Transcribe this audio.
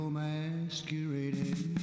masquerading